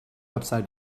upside